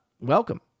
Welcome